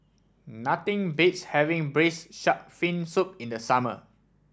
nothing beats having Braised Shark Fin Soup in the summer